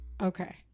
Okay